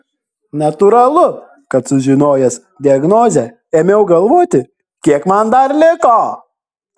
natūralu kad sužinojęs diagnozę ėmiau galvoti kiek man dar liko